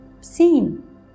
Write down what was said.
seen